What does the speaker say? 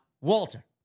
Walter